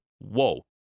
whoa